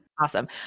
Awesome